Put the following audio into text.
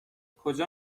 کجا